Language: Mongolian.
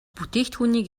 бүтээгдэхүүний